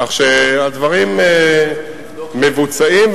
כך שהדברים מבוצעים,